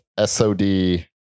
Sod